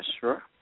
sure